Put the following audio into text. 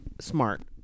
smart